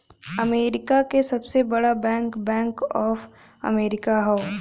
America क सबसे बड़ा बैंक बैंक ऑफ अमेरिका हौ